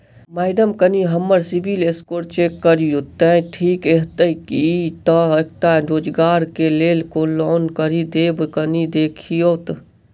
Madam कनि हम्मर CIBIL score check करियो तेँ ठीक हएत ई तऽ एकटा रोजगार केँ लैल लोन करि देब कनि देखीओत?